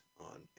on